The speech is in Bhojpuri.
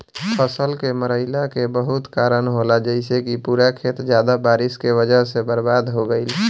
फसल के मरईला के बहुत कारन होला जइसे कि पूरा खेत ज्यादा बारिश के वजह से बर्बाद हो गईल